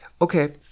Okay